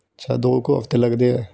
ਅੱਛਾ ਦੋ ਕੁ ਹਫਤੇ ਲੱਗਦੇ ਆ